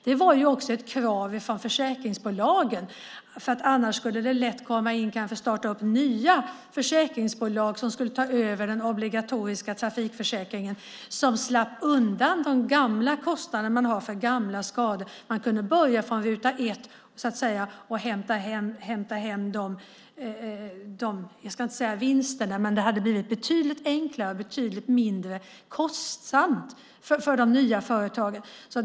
Det var också ett krav från försäkringsbolagen, för annars skulle det lätt kunna komma in kanske nystartade försäkringsbolag som skulle ta över den obligatoriska trafikförsäkringen men som skulle slippa undan de kostnader man har för gamla skador. De skulle då kunna börja från ruta ett och så att säga hämta hem - jag ska inte säga vinsten, men det hade blivit betydligt enklare och betydligt mindre kostsamt för de nya företagen.